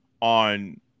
on